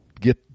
get